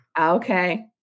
Okay